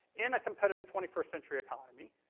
in a competitive twenty first century economy,